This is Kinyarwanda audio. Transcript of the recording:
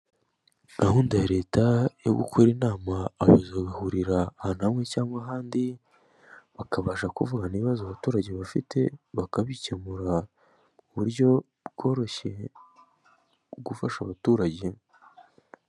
Gahunda ya leta yo gukora inama abayobozi bagahurira ahantu hamwe cyangwa ahandi, bakabasha kuvugana ibibazo abaturage bafite bakabikemura, ku buryo bworoshye bwo gufasha abaturage.